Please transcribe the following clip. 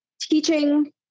teaching